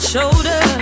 Shoulder